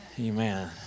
Amen